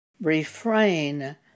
Refrain